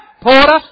Porter